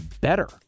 better